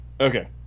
Okay